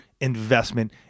investment